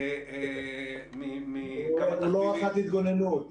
מכמה תחביבים אחרים